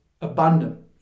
abundant